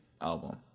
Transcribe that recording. album